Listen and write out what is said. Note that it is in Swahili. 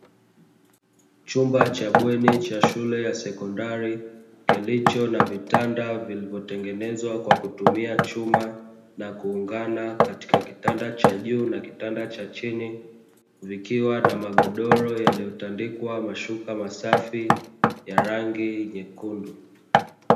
Chumba cha bweni cha shule ya sekondari, kilicho na vitanda vilivyotengenezwa kwakutumia chuma na kuungana katika kitanda cha juu na kitanda cha chini, vikiwa na magodoro yaliyotandikwa mashuka masafi, ya rangi nyekundu.